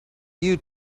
you